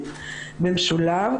במשולב,